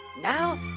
Now